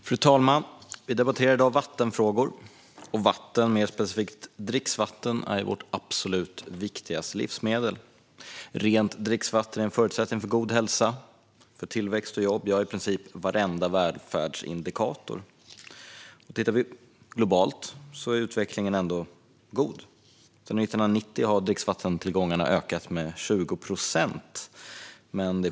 Fru talman! Vi debatterar i dag vattenfrågor, och vatten, mer specifikt dricksvatten, är vårt absolut viktigaste livsmedel. Rent dricksvatten är en förutsättning för god hälsa, tillväxt och jobb, ja, för i princip varenda välfärdsindikator. Globalt är utvecklingen god. Sedan 1990 har drickvattentillgångarna ökat med 20 procent.